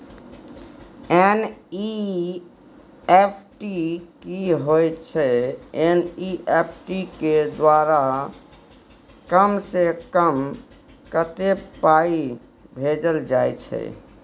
NEFT की होय छै एन.ई.एफ.टी के द्वारा कम से कम कत्ते पाई भेजल जाय छै?